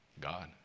God